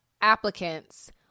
applicants